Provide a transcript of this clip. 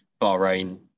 Bahrain